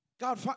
God